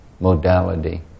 modality